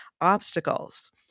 obstacles